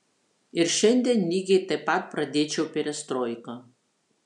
ir šiandien lygiai taip pat pradėčiau perestroiką